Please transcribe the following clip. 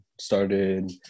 Started